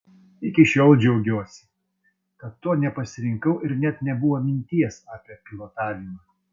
iki šiol džiaugiuosi kad to nepasirinkau ir net nebuvo minties apie pilotavimą